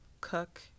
cook